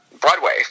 Broadway